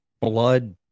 blood